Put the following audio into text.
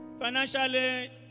Financially